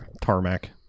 Tarmac